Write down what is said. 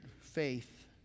faith